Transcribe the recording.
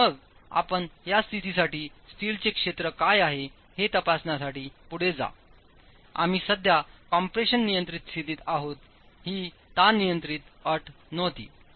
आणि मग आपण या स्थितीसाठी स्टीलचे क्षेत्र काय आहे हे तपासण्यासाठी पुढे जा आम्ही सध्या कम्प्रेशन नियंत्रित स्थितीत आहोत ही ताण नियंत्रित अट नव्हती